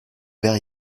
vers